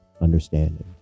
understanding